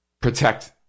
Protect